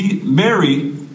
Mary